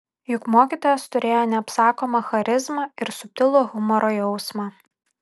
juk mokytojas turėjo neapsakomą charizmą ir subtilų humoro jausmą